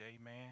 amen